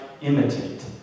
imitate